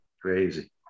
Crazy